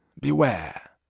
beware